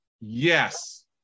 Yes